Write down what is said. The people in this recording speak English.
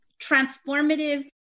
transformative